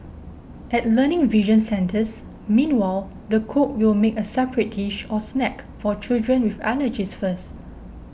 at Learning Vision centres meanwhile the cook will make a separate dish or snack for children with allergies first